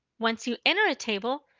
once you enter a table,